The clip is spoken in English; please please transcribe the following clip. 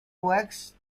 wax